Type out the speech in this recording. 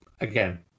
again